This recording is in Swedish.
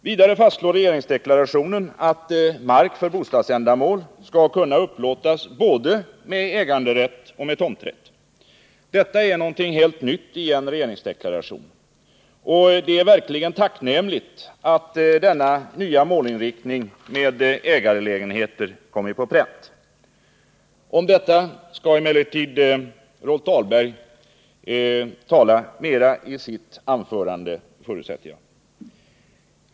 Vidare fastslår regeringsdeklarationen att mark för bostadsändamål skall kunna upplåtas både med äganderätt och med tomträtt. Detta är något helt nyttien regeringsdeklaration. Och det är verkligen tacknämligt att denna nya målinriktning med ägarlägenheter har kommit på pränt. Detta skall emellertid Rolf Dahlberg tala mera om i sitt anförande.